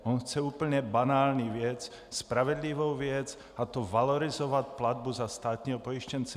On chce úplně banální věc, spravedlivou věc, a to valorizovat platbu za státního pojištěnce.